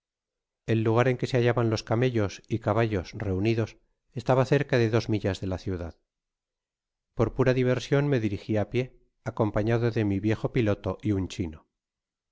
el lugar en que se hallaban los camellos y caballos reunidos estaba cerca de dos millas de la ciudad por pura diversion me dirigi á pié acompañado de mi viejo piloto y un chino